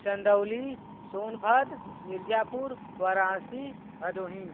Chandauli Sonbhadra Mirzapur Varanasi Bhadohi